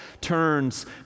turns